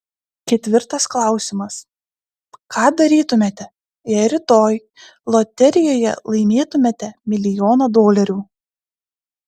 ketvirtas klausimas ką darytumėte jei rytoj loterijoje laimėtumėte milijoną dolerių